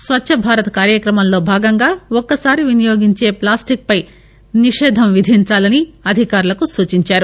స్వచ్చ భారత్ కార్యక్రమంలో భాగంగా ఒక్కసారి వినియోగించే ప్లాస్టిక్ పై నిషేధం విధించాలని అధికారులకు సూచించారు